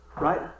right